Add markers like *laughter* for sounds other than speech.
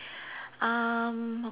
*breath* um